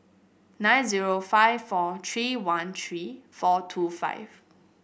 nine zero five four three one three four two five